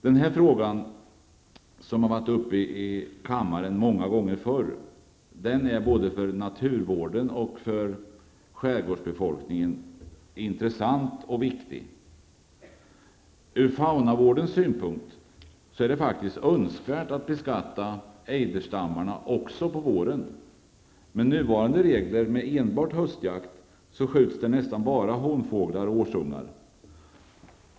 Denna fråga, som varit uppe många gånger förr i kammaren, är intressant och viktig både för naturvården och skärgårdsbefolkningen. Ur faunavårdens synpunkt är det önskvärt att beskatta ejderstammarna också på våren. Med nuvarande regler, med enbart höstjakt, skjuts nästan enbart honfåglar och årsungar.